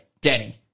Danny